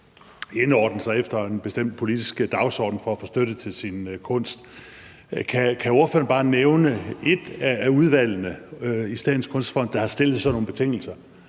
indordne sig efter en bestemt politisk dagsorden for at få støtte til sin kunst. Kan ordføreren bare nævne et af udvalgene i Statens Kunstfond, som har stillet sådan nogle betingelser